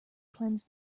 cleanse